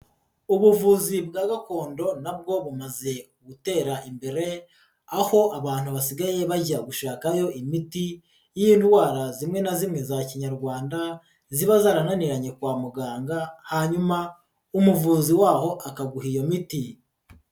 Ubuvuzi bwa gakondo na bwo bumaze gutera imbere, aho abantu basigaye bajya gushakayo imiti y'indwara zimwe na zimwe za kinyarwanda, ziba zarananiranye kwa muganga, hanyuma umuvuzi w'aho akaguha iyo miti.